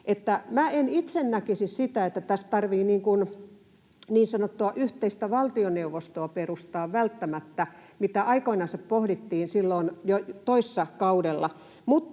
en itse näkisi sitä, että tässä tarvitsee niin sanottua yhteistä valtioneuvostoa perustaa välttämättä, mitä aikoinansa pohdittiin silloin jo toissa kaudella,